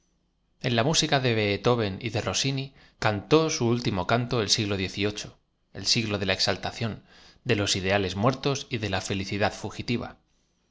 en la msica de beethoven y de rossini cantó su ltimo canto ei siglo x v iií el siglo de la exaltacióti de los ideales muertos y de la felicidad fugitiva